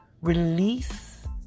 Release